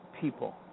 people